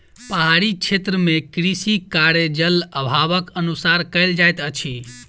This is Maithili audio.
पहाड़ी क्षेत्र मे कृषि कार्य, जल अभावक अनुसार कयल जाइत अछि